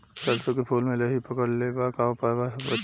सरसों के फूल मे लाहि पकड़ ले ले बा का उपाय बा बचेके?